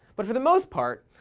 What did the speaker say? but for the most part,